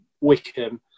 Wickham